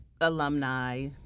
alumni